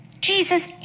Jesus